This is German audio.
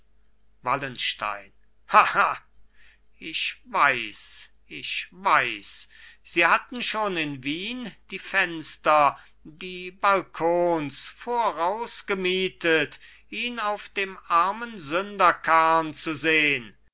wallenstein lacht ich weiß ich weiß sie hatten schon in wien die fenster die balkons voraus gemietet ihn auf dem armensünderkarrn zu sehn